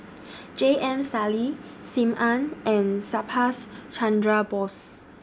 J M Sali SIM Ann and Subhas Chandra Bose